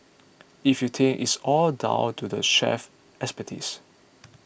if you think it's all down to the chef's expertise